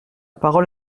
parole